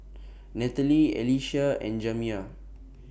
Natalie Alycia and Jamiya